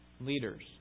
leaders